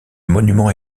monument